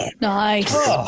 Nice